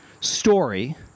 story